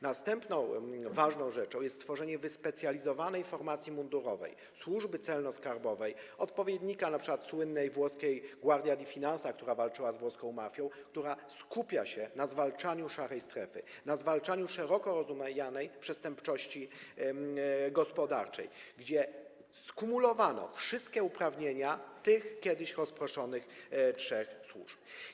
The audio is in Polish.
Następną ważną rzeczą jest stworzenie wyspecjalizowanej formacji mundurowej, służby celno-skarbowej, odpowiednika np. słynnej włoskiej Guardia di Finanza, która walczyła z włoską mafią, która skupia się na zwalczaniu szarej strefy, na zwalczaniu szeroko rozumianej przestępczości gospodarczej, gdzie skumulowano wszystkie uprawnienia tych kiedyś rozproszonych trzech służb.